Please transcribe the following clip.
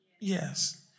Yes